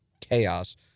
chaos